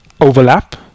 overlap